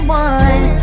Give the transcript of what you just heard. one